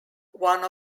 one